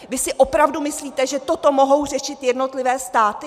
Vy si opravdu myslíte, že toto mohou řešit jednotlivé státy?